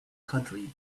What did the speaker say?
country